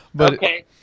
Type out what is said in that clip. Okay